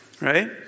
right